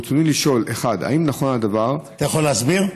ברצוני לשאול: האם נכון הדבר, אתה יכול להסביר?